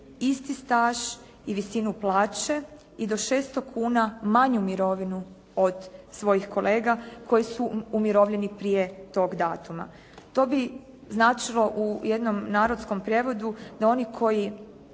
isti staž i visinu plaće i do 600 kuna manju mirovinu od svojih kolega koji su umirovljeni prije tog datuma. To bi značilo u jednom narodskom prijevodu, da oni koji